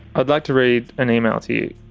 i'd like to read an email to you.